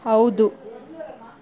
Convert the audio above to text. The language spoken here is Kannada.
ಹೌದು